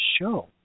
show